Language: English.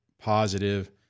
positive